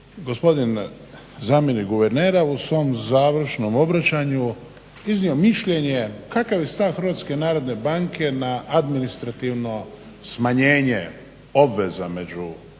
gospodin zamjenik guvernera u svom završnom obraćanju iznio mišljenje kakav je stav HNB na administrativno smanjenje obveza među